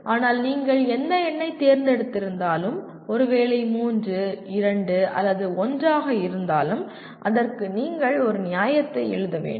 ஆனால் நீங்கள் எந்த எண்ணை தேர்ந்தெடுத்து இருந்தாலும் ஒருவேளை 3 2 அல்லது 1 ஆக இருந்தாலும்அதற்கு நீங்கள் ஒரு நியாயத்தை எழுத வேண்டும்